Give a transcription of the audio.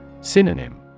Synonym